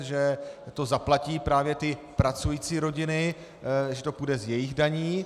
Že to zaplatí právě pracující rodiny, že to půjde z jejich daní.